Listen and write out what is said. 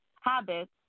habits